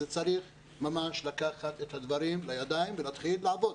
צריך לקחת את הדברים לידיים ולהתחיל לעבוד.